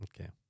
Okay